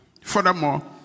furthermore